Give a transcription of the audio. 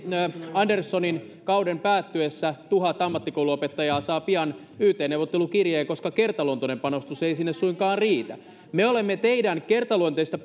anderssonin kauden päättyessä tuhat ammattikouluopettajaa saa pian yt neuvottelukirjeen koska kertaluontoinen panostus ei sinne suinkaan riitä me olemme teidän kertaluonteisista